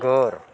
घर